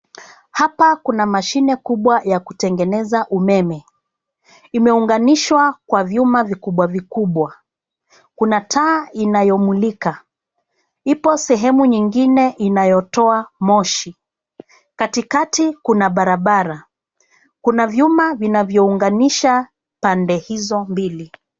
Hapa kuna mashine kubwa ya kutengeneza umeme, imeunganishwa kwa vyuma vikubwa vikubwa. Kuna taa inayomulika. Ipo sehemu nyingine inayotoa moshi. Katikati kuna barabara. Kuna vyuma vinavyounganisha pande hizo mbili.